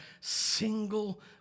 single